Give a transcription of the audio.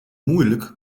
moeilijk